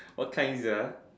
what kind sia